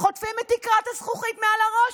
חוטפים את תקרת הזכוכית מעל הראש.